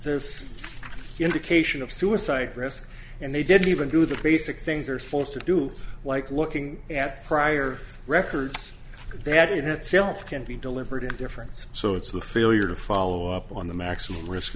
this indication of suicide risk and they didn't even do the basic things are supposed to do things like looking at prior records they had it itself can be deliberate indifference so it's the failure to follow up on the maximum risk